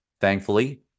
thankfully